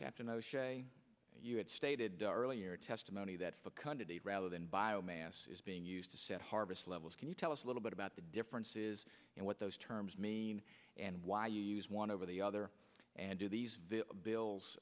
captain o'shea you had stated earlier testimony that fecundity rather than bio mass is being used to set harvest levels can you tell us a little bit about the differences and what those terms mean and why you use one over the other and do these bills